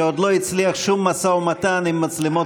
שעוד לא הצליח שום משא ומתן עם מצלמות